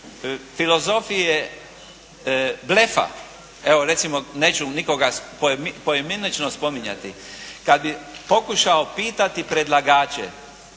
filozofije blefa, evo recimo neću nikoga poimenično spominjati. Kad bi pokušao pitati predlagače